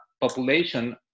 population